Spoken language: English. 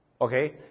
Okay